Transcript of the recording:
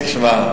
תשמע,